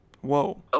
Whoa